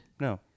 No